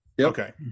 okay